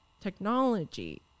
technology